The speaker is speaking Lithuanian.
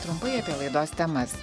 trumpai apie laidos temas